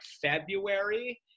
February